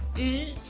the